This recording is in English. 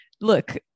look